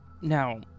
Now